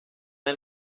del